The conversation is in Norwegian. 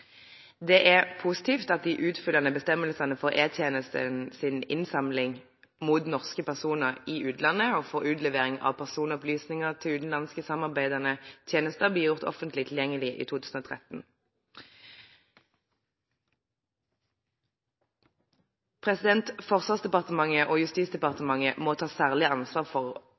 Det er positivt at de utfyllende bestemmelsene for E-tjenestens innsamling mot norske personer i utlandet og for utlevering av personopplysninger til utenlandske samarbeidende tjenester ble gjort offentlig tilgjengelige i 2013. Forsvarsdepartementet og Justisdepartementet må ta særlig ansvar for